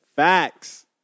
Facts